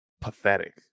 pathetic